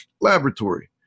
Laboratory